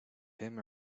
him